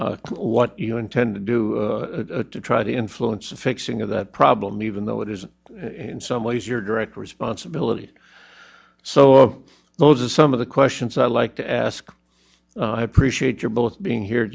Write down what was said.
the what you intend to do to try to influence the fixing of that problem even though it is in some ways your direct responsibility so those are some of the questions i'd like to ask i appreciate your both being here